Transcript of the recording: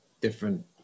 different